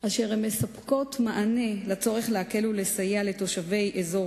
אשר מספקות מענה לצורך להקל ולסייע לתושבי אזור